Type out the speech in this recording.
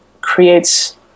creates